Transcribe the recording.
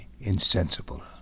insensible